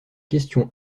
question